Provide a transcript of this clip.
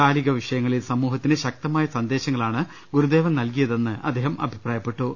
കാലിക വിഷയങ്ങളിൽ സമൂഹത്തിന് ശക്ത മായ സന്ദേശങ്ങളാണ് ഗുരുദേവൻ നൽകിയതെന്ന് അദ്ദേഹം അഭിപ്രായ പ്പെട്ടു